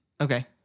Okay